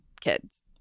Kids